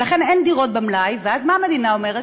אין דירות במלאי, אז מה המדינה אומרת?